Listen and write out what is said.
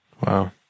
Wow